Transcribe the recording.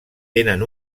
tenen